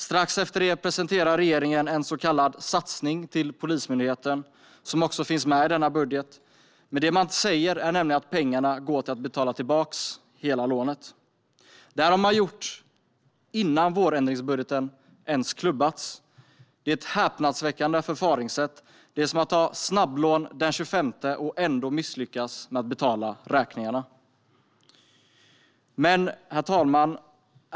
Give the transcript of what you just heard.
Strax efter det presenterade regeringen en så kallad "satsning" på Polismyndigheten, som också finns med i denna budget. Det man säger är dock att pengarna går till att betala tillbaka hela lånet. Detta har man gjort innan vårändringsbudgeten ens har klubbats. Det är ett häpnadsväckande förfaringssätt; det är som att ta ett snabblån den 25 och ändå misslyckas med att betala räkningarna. Herr talman!